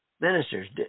ministers